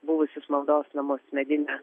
buvusius maldos namus medinę